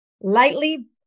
lightly